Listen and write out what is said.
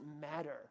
matter